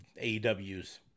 AEW's